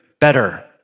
better